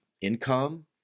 income